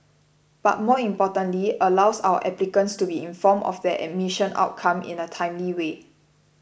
but more importantly allows our applicants to be informed of their admission outcome in a timely way